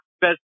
best